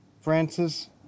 Francis